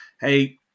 hey